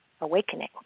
awakening